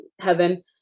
Heaven